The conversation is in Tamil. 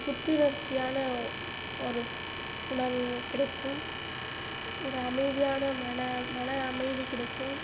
புத்துணர்ச்சியான ஒரு உணர்வு கிடைக்கும் ஒரு அமைதியான மன மன அமைதி கிடைக்கும்